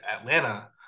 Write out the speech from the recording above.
Atlanta